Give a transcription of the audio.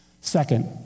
Second